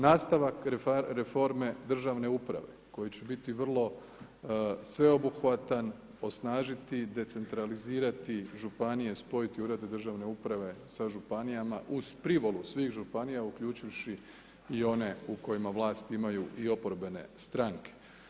Nastavak reforme države uprave koji će biti vrlo sveobuhvatan osnažiti, decentralizirati županije, spojiti ured državne uprave sa županijama uz privolu svih županija uključivši i one u kojima vlast imaju i oporbene stranke.